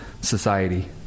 society